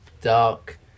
dark